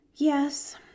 Yes